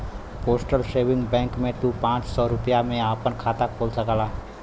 postal saving bank में तू पांच सौ रूपया में आपन खाता खोल सकला